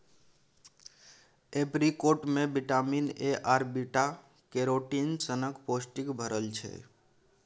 apricot मे vitamin A आर beta carotene सनक पौष्टिक भरल छै